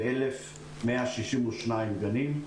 ו-1,162 גנים.